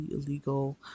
illegal